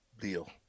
deal